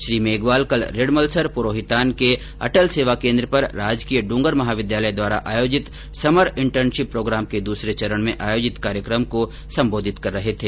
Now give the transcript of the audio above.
श्री मेघवाल कल रिडमलसर पुरोहितान के अटल सेवा केन्द्र पर राजकीय डूंगर महाविद्यालय द्वारा आयोजित समर इंटर्नशिप प्रोग्राम के दूसरे चरण में आयोजित कार्यक्रम को संबोधित कर रहे थे